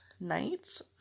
nights